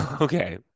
Okay